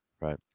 Right